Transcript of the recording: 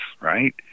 right